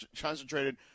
concentrated